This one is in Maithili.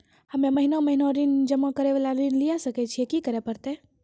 हम्मे महीना महीना ऋण जमा करे वाला ऋण लिये सकय छियै, की करे परतै?